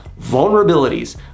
vulnerabilities